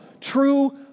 True